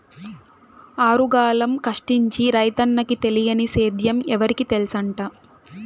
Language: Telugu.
ఆరుగాలం కష్టించి రైతన్నకి తెలియని సేద్యం ఎవరికి తెల్సంట